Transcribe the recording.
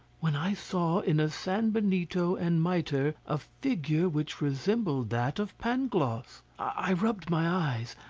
when i saw in a san-benito and mitre a figure which resembled that of pangloss! i rubbed my eyes,